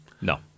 No